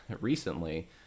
recently